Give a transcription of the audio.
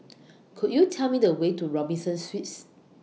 Could YOU Tell Me The Way to Robinson Suites